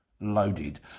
loaded